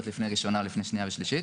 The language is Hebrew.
לפני הראשונה או לפני השנייה והשלישית.